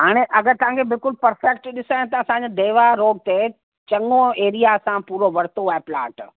हाणे अगरि तव्हांखे बिल्कुलु पर्फेक्ट ॾिसण त असांजा देवा रोड ते चङो एरिया असां पूरो वठितो आहे प्लॉट